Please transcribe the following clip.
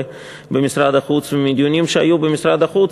במשרד החוץ ומדיונים שהיו במשרד החוץ,